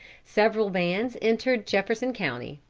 several bands entered jefferson county,